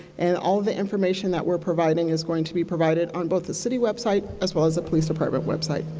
and all of the information that we are providing is going to be provided on both the city website as well as the police department website.